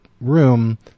room